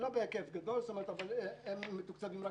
גדול והם מתוקצבים רק